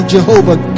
Jehovah